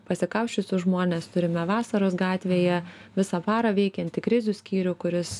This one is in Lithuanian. pasikausčiusius žmones turime vasaros gatvėje visą parą veikiantį krizių skyrių kuris